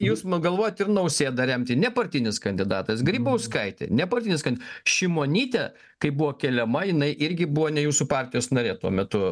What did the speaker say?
jūs galvojat ir nausėdą remti nepartinis kandidatas grybauskaitė nepartinis kan šimonytė kai buvo keliama jinai irgi buvo ne jūsų partijos narė tuo metu